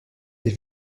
des